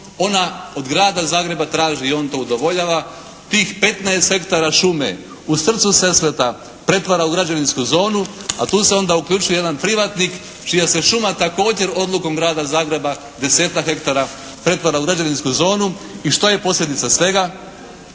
ona od grada Zagreba traži i on to udovoljava tih 15 hektara šume u srcu Sesveta pretvara u građevinsku zonu a tu se onda uključuje jedan privatnik čija se šuma također odlukom Grada Zagreba 10-tak hektara pretvara u građevinsku zonu i što je posljedica svega?